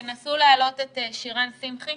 תנסו להעלות את שירן שמחי.